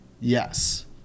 Yes